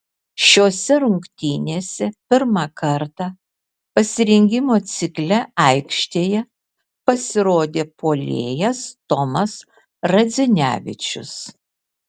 šiose rungtynėse pirmą kartą pasirengimo cikle aikštėje pasirodė puolėjas tomas radzinevičius